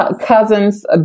cousins